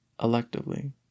electively